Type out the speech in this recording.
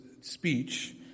speech